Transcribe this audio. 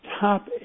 Top